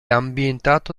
ambientato